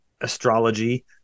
astrology